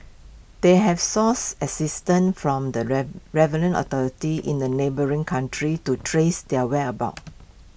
they have sours assistance from the relevant authorities in the neighbouring countries to trace his whereabouts